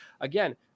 again